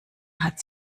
hat